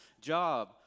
Job